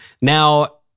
Now